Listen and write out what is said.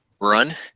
run